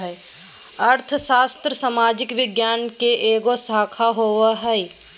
अर्थशास्त्र सामाजिक विज्ञान के एगो शाखा होबो हइ